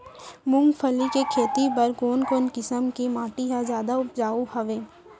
मूंगफली के खेती बर कोन कोन किसम के माटी ह जादा उपजाऊ हवये?